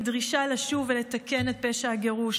בדרישה לשוב ולתקן את פשע הגירוש.